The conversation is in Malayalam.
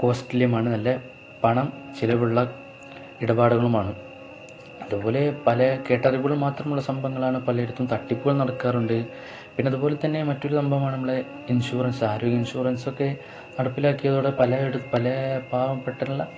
കോസ്റ്റ്ലിയുമാണ് നല്ല പണം ചിലവുള്ള ഇടപാടുകളുമാണ് അതുപോലെ പല കേട്ടറിവുകളും മാത്രമുള്ള സംഭവങ്ങളാണ് പലയിടുത്തും തട്ടിപ്പുകൾ നടക്കാറുണ്ട് പിന്നെതുപോലെ തന്നെ മറ്റൊരു സംഭവമാണ് നമ്മുടെ ഇൻഷുറൻസ് ആരോഗ്യ ഇൻഷുറൻസൊക്കെ നടപ്പിലാക്കിയതോടെ പല പല പാവപ്പെട്ടുള്ള